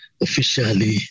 officially